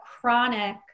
chronic